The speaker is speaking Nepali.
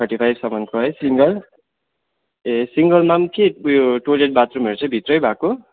थर्टी फाइभसम्मको है सिङ्गल ए सिङ्गलमा पनि के उयो टोइलेट बाथरुमहरू चाहिँ भित्रै भएको